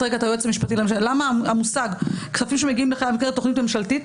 למה המושג "כספים שמגיעים במסגרת תכנית ממשלתית",